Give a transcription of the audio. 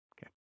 Okay